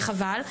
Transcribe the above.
וחבל.